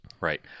Right